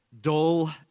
dull